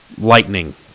lightning